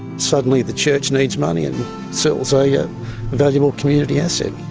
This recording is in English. suddenly the church needs money and sells a yeah valuable community asset.